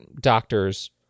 doctors